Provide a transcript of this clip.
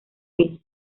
film